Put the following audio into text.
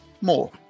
more